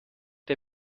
der